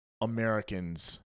Americans